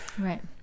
Right